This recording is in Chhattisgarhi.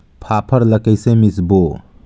फाफण ला कइसे मिसबो?